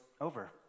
over